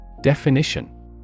Definition